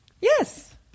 Yes